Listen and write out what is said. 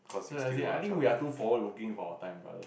so ya see I think we're too forward looking for our time brother